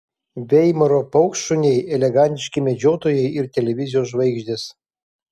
veimaro paukštšuniai elegantiški medžiotojai ir televizijos žvaigždės